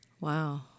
Wow